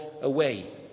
away